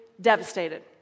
devastated